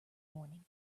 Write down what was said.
morning